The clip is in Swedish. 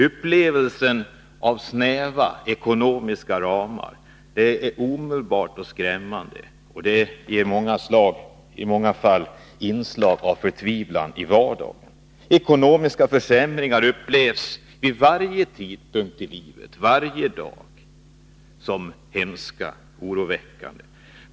Upplevelsen av snäva ekonomiska ramar är omedelbar och skrämmande. Det finns här i många fall inslag av förtvivlan i vardagen. Ekonomiska försämringar upplevs vid varje tidpunkt i livet och varje dag som hemska och oroväckande.